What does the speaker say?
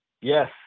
Yes